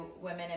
women